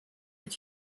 est